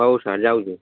ହଉ ସାର୍ ଯାଉଛୁ